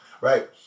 right